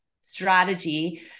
strategy